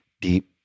deep